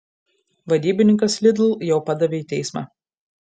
vadybininkas lidl jau padavė į teismą